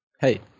Hey